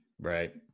right